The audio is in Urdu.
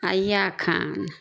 عیا خان